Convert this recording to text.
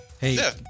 Hey